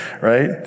right